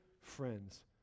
friends